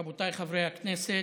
רבותיי חברי הכנסת,